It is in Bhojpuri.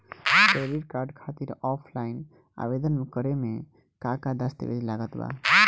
क्रेडिट कार्ड खातिर ऑफलाइन आवेदन करे म का का दस्तवेज लागत बा?